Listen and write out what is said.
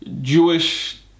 Jewish